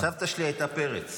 סבתא שלי הייתה פרץ.